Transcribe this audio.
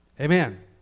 Amen